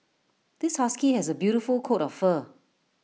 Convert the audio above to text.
this husky has A beautiful coat of fur